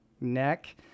neck